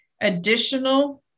Additional